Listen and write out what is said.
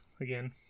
again